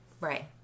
Right